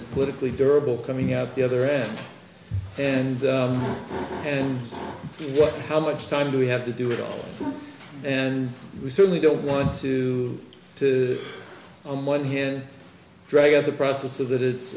is politically durable coming out the other end and and what how much time do we have to do it all and we certainly don't want to to on one hand drag out the process so that it's